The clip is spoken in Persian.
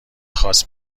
خواست